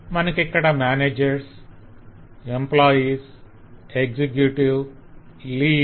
మనకిక్కడ managers employees executive lead